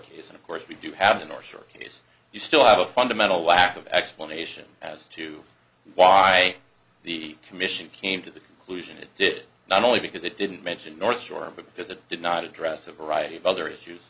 case and of course we do have in our short case you still have a fundamental lack of explanation as to why the commission came to the illusion it did not only because it didn't mention north shore but because it did not address a variety of other issues